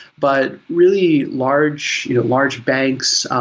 but really large you know large banks,